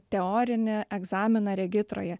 teorinį egzaminą regitroje